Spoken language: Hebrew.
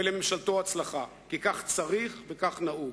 ולממשלתו הצלחה, כי כך צריך וכך נהוג.